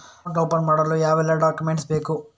Account open ಮಾಡಲು ಯಾವೆಲ್ಲ document ಬೇಕು?